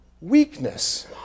weakness